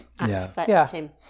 Accepting